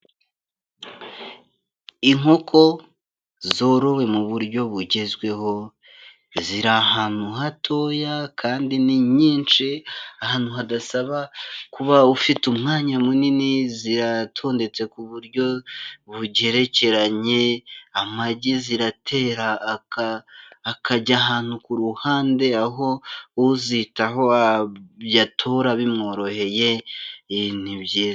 Inkoko zorowe mu buryo bugezweho ziri ahantu hatoya kandi ni nyinshi, ahantu hadasaba kuba ufite umwanya munini ziratondetse ku buryo bugerekeranye, amagi ziratera akajya ahantu ku ruhande, aho uzitaho ayatora bimworoheye ni byiza.